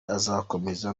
azakomeza